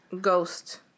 Ghost